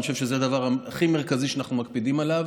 אני חושב שזה הדבר הכי מרכזי שאנחנו מקפידים עליו,